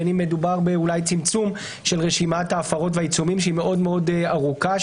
בין אם מדובר בצמצום של רשימת ההפרות והעיצומים שהיא מאוד ארוכה,